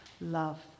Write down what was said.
love